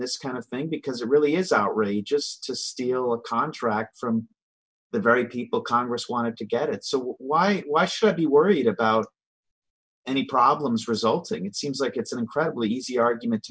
this kind of thing because it really is outrageous to steer our contracts from the very people congress wanted to get it so why why should be worried about any problems resulting it seems like it's an incredibly easy argument